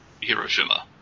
Hiroshima